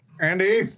Andy